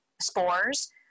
spores